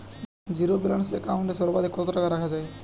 Zero balance account এ সর্বাধিক কত টাকা রাখা য়ায়?